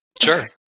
Sure